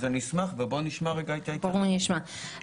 לשאלתך מאיפה מגיעות הפניות אלינו: אני חושבת שזו שאלה מצוינת.